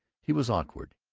he was awkward,